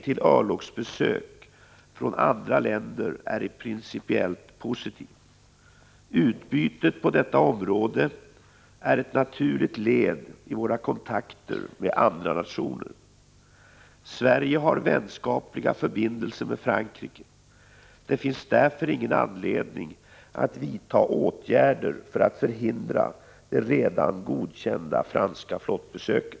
Dessutom är Frankrike det enda land som använder sin koloniala makt till att utföra kärnvapenprov utanför sitt eget lands gränser. Det finns även skäl att anta att fartyget bär kärnvapen. Är justitieministern mot bakgrund av de handlingar som franska militära myndigheter genomfört utanför Frankrike beredd att ta initiativ till att förhindra det planerade franska flottbesöket?